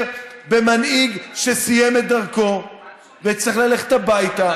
במנהיג שסיים את דרכו וצריך ללכת הביתה,